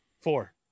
four